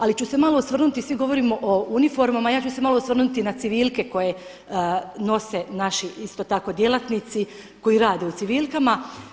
Ali ću se malo osvrnuti, svi govorimo o uniformama, ja ću se malo osvrnuti na civilke koje nose naši isto tako djelatnici koji rade u civilkama.